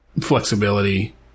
flexibility